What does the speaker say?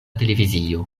televizio